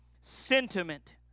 sentiment